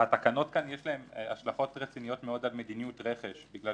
לתקנות כאן יש השלכות רציניות מאוד על מדיניות רכש בגלל